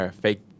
fake